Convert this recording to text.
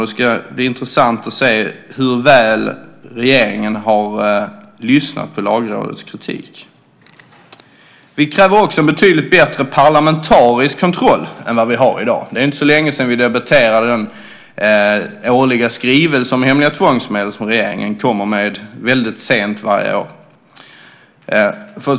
Det ska bli intressant att se hur väl regeringen har lyssnat på Lagrådets kritik. Vi kräver också en betydligt bättre parlamentarisk kontroll än vad vi har i dag. Det är inte så länge sedan vi debatterade den skrivelse om hemliga tvångsmedel som regeringen lägger fram sent varje år.